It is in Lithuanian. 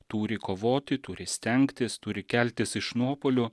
turi kovoti turi stengtis turi keltis iš nuopuolių